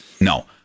No